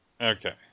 Okay